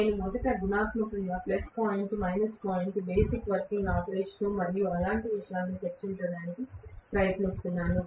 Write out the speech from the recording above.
నేను మొదట గుణాత్మకంగా plus point minus point basic working operation మరియు అలాంటి విషయాలను చర్చించడానికి ప్రయత్నిస్తున్నాను